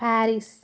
Paris